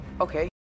Okay